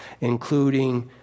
including